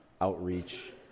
outreach